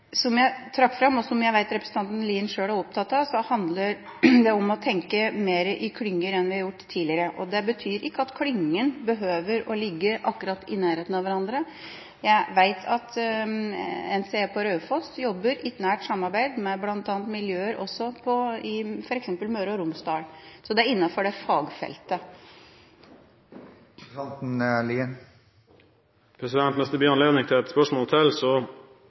som jeg trakk fram – og som jeg vet representanten Lien sjøl er opptatt av – så handler det om å tenke mer i klynger enn vi har gjort tidligere. Det betyr ikke at klyngene behøver å ligge akkurat i nærheten av hverandre. Jeg vet av NCE på Raufoss jobber i et nært samarbeid med bl.a. miljøer i f.eks. Møre og Romsdal – så det er innenfor det fagfeltet. Hvis det blir anledning til et spørsmål til,